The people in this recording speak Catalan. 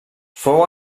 fou